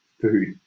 food